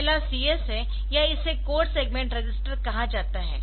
पहला CS है या इसे कोड सेगमेंट रजिस्टर कहा जाता है